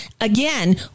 Again